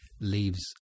leaves